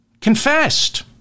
confessed